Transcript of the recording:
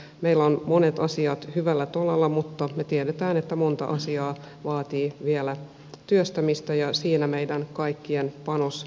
meillä on monet asiat hyvällä tolalla mutta me tiedämme että monta asiaa vaatii vielä työstämistä ja siinä meidän kaikkien panosta tarvitaan